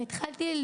והתחלתי,